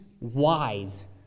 wise